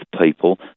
people